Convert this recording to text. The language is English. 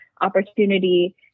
opportunity